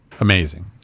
amazing